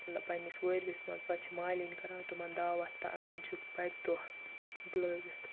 مطلب پَنٕنِس وٲرۍوِس منٛز پَتہٕ چھِ مٲلِنۍ کَران تِمَن داوَتھ تہٕ اَنان چھِکھ بٔڈِ دۅہ بُلاوِتھ